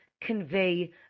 convey